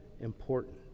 important